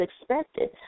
expected